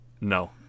No